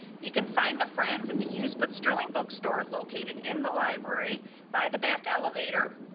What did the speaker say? you can find the friends at the use, but sterling bookstore located in the library by the back elevator.